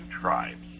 tribes